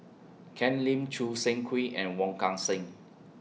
Ken Lim Choo Seng Quee and Wong Kan Seng